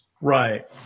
Right